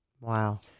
Wow